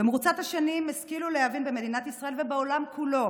במרוצת השנים השכילו להבין במדינת ישראל ובעולם כולו